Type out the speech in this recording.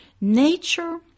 nature